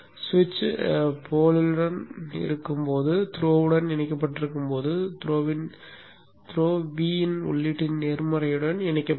சுவிட்ச் துருவத்தில் இருக்கும் போது த்ரோவுடன் இணைக்கப்பட்டிருக்கும் போது த்ரோவின் உள்ளீட்டின் நேர்மறையுடன் இணைக்கப்படும்